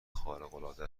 خارقالعاده